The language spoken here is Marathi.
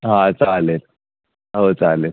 हां चालेल हो चालेल